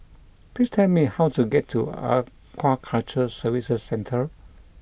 Please tell me how to get to Aquaculture Services Centre